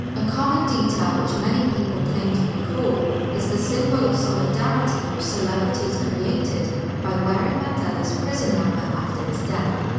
a common detail which many people claim to recall is the symbol of solidarity which celebrities created by wearing mandela's prison number after his death.